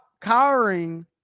cowering